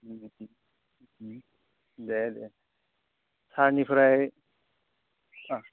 दे दे सारनिफ्राय अ